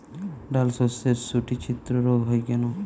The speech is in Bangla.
ডালশস্যর শুটি ছিদ্র রোগ হয় কেন?